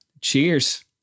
cheers